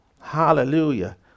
Hallelujah